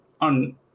on